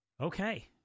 Okay